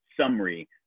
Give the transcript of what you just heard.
summary